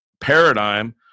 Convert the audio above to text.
paradigm